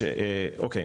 (ב)(2)".